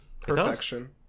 perfection